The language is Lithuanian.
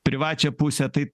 privačią pusę tai